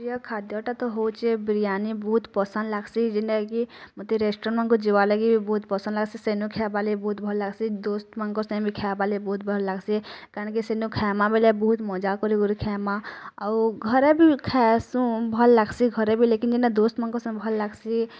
ପ୍ରିୟ ଖାଦ୍ୟଟା ତ ହେଉଛି ବିରିୟାନୀ ବହୁତ ପସନ୍ଦ ଲାଗ୍ସି ଯେନ୍ତା କି ମୋତେ ରେଷ୍ଟୁରାଣ୍ଟ୍ ଯିବାର୍ ଲାଗି ବହୁତ ପସନ୍ଦ ଲାଗ୍ସି ସେନୋକ୍ଷା ଖେବାର୍ ଲାଗି ବହୁତ ଭଲ ଲାଗ୍ସି ଦୋସ୍ତମାନଙ୍କ ସାଙ୍ଗରେ ଖେବାର୍ ଲାଗି ବହୁତ ଭଲ ଲାଗ୍ସି କାଣା କି ସେନୁ ଖାଇମା ବେଲେ ବହୁତ ମଜା କରି କରି ଖାଇମା ଆଉ ଘରେ ବି ଖାସୁ ଭଲ ଲାଗ୍ସି ଘରେ ବି ଲେକିନ୍ ଏନୁ ଦୋସ୍ତମାନଙ୍କ ସାଙ୍ଗ ଭଲ ଲାଗ୍ସି